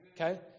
okay